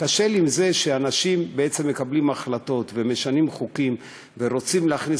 שאנשים מקבלים החלטות ומשנים חוקים ורוצים להכניס